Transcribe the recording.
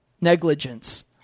Negligence